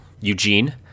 Eugene